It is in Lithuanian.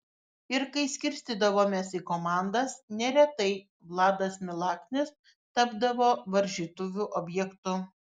ir kai skirstydavomės į komandas neretai vladas milaknis tapdavo varžytuvių objektu